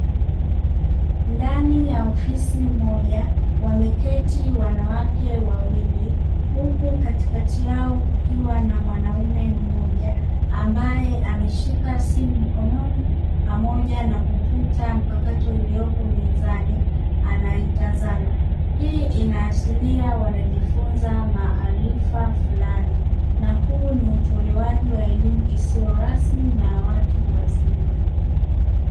Ndani ya ofisi moja wameketi wanawake wawili, huku katikati yao kukiwa na mwanaume mmoja; ambaye ameshika simu mkononi pamoja na kompyuta mpakato iliyopo mezani anaitazama. Hii inaashiria wanajifunza maarifa fulani na huu ni utolewaji wa elimu isiyo rasmi na ya watu wazima.